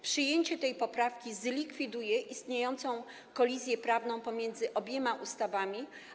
Przyjęcie tej poprawki zlikwiduje istniejącą kolizję prawną pomiędzy obiema ustawami.